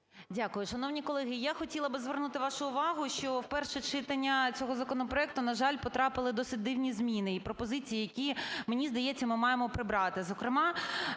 Дякую. Шановні колеги, я хотіла би звернути вашу увагу, в перше читання цього законопроекту, на жаль, потрапили досить дивні зміни і пропозиції, які, мені здається, ми маємо прибрати.